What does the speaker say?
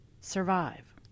survive